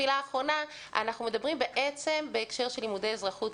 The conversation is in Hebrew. אנחנו מדברים בעצם בהקשר של לימודי אזרחות,